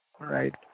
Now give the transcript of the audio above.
Right